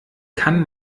kann